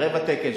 רבע תקן,